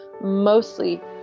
mostly